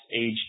age